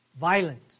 Violent